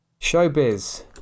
Showbiz